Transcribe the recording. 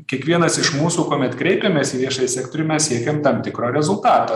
kiekvienas iš mūsų kuomet kreipiamės į viešąjį sektorių mes siekiam tam tikro rezultato